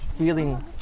feeling